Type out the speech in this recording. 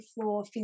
floor